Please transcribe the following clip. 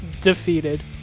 defeated